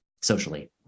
socially